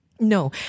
No